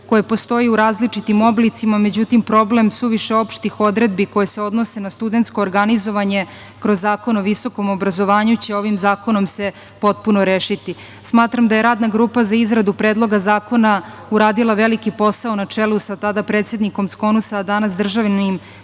koje postoji u različitim oblicima, međutim, problem suviše opštih odredbi koje se odnose na studentsko organizovanje kroz Zakon o visokom obrazovanju će ovim zakonom se potpuno rešiti. Smatram da je Radna grupa za izradu predloga zakona uradila veliki posao na čelu sa tada predsednikom SKONUS-a, a danas državnim